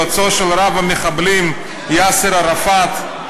יועצו של רב-המחבלים יאסר ערפאת,